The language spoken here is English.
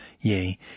Yea